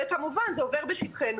וכמובן זה עובר בשטחנו.